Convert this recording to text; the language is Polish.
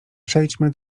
przejdźmy